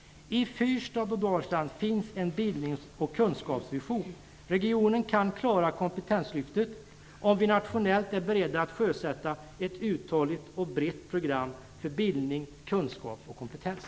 I fyrstad och Dalsland finns en bildnings och kunskapsvision. Regionen kan klara kompetenslyftet om vi nationellt är beredda att sjösätta ett uthålligt och brett program för bildning, kunskap och kompetens.